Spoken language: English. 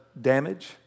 damage